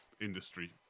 industry